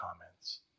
comments